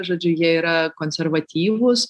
žodžiu jie yra konservatyvūs